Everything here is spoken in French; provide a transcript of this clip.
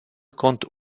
compte